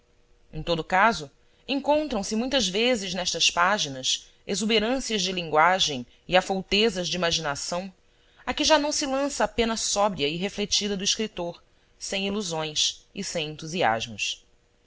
em todo o caso encontram-se muitas vezes nestas páginas exuberâncias de linguagem e afoutezas de imaginação a que já não se lança a pena sóbria e refletida do escritor sem ilusões e sem entusiasmos